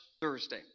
Thursday